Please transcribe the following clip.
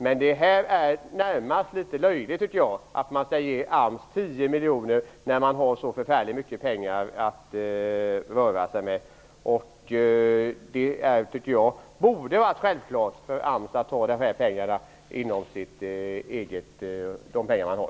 Men jag tycker närmast att det är litet löjligt att man vill ge AMS 10 miljoner när AMS har så förfärligt mycket pengar att röra sig med. Det borde ha varit självklart för AMS att ta dessa pengar från de anslag man redan har.